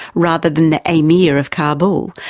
rather than the amir of kabul,